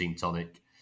Tonic